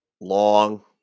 long